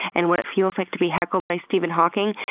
and what it feels like to be heckled by stephen hawking,